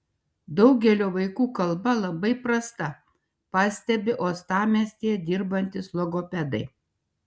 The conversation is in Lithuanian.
daugelio vaikų kalba labai prasta pastebi uostamiestyje dirbantys logopedai